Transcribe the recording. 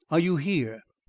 are you here?